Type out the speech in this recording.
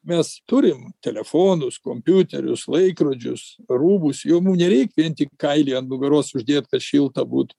mes turim telefonus kompiuterius laikrodžius rūbus jau mum nereik vien tik kailį ant nugaros uždėt kad šilta būt